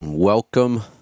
Welcome